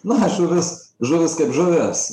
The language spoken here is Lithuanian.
na žuvis žuvis kaip žuvis